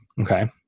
okay